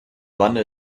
wanne